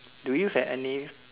do you have any